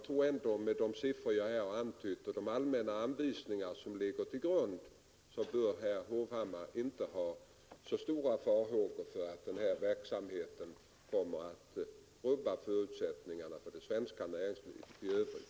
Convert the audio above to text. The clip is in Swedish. Mot bakgrund av de siffror jag här har redovisat och de allmänna anvisningar som ligger till grund för verksamheten tror jag inte att herr Hovhammar behöver hysa så stora farhågor för att denna verksamhet kommer att rubba förutsättningarna för det svenska näringslivet i övrigt.